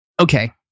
Okay